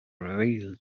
reveal